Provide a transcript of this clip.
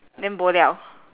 then bo [liao]